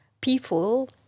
people